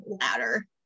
ladder